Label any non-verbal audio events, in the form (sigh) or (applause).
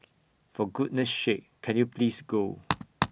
for goodness sake can you please go (noise)